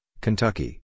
Kentucky